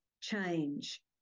change